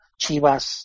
Chivas